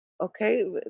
Okay